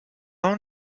want